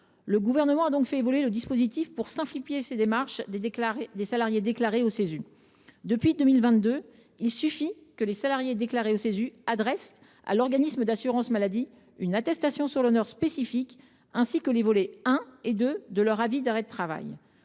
Le Gouvernement a donc fait évoluer le dispositif pour simplifier les démarches des salariés déclarés au Cesu. Depuis 2022, il suffit que les salariés déclarés au Cesu adressent à l’organisme d’assurance maladie une attestation sur l’honneur spécifique, ainsi que les volets 1 et 2 de leur avis d’arrêt de travail.